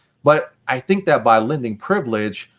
but i think that, by lending privilege,